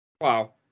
Wow